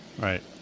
Right